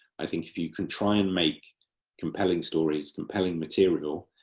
i think if you can try and make compelling stories, compelling material,